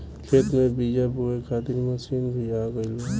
खेत में बीआ बोए खातिर मशीन भी आ गईल बा